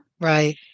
Right